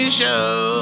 show